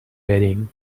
wedding